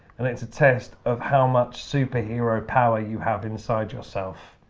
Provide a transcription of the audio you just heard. and it's a test of how much superhero power you have inside yourself.